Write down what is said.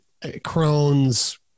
Crohn's